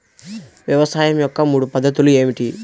వ్యవసాయం యొక్క మూడు పద్ధతులు ఏమిటి?